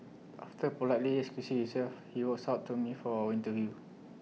after politely excusing himself he walks up to me for our interview